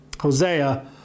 Hosea